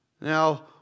Now